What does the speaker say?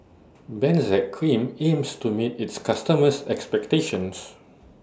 Benzac Cream aims to meet its customers' expectations